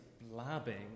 blabbing